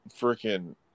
freaking